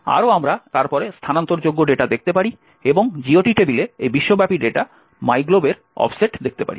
আরও আমরা তারপরে স্থানান্তরযোগ্য ডেটা দেখতে পারি এবং GOT টেবিলে এই বিশ্বব্যাপী ডেটা মাইগ্লোবের অফসেট দেখতে পারি